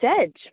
edge